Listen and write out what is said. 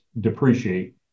depreciate